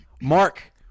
Mark